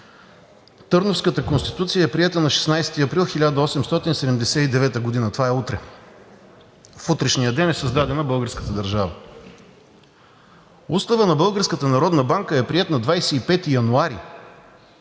Търновската конституция е приета на 16 април 1879 г., това е утре, в утрешния ден е създадена българската държава. Уставът на Българската народна